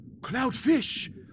Cloudfish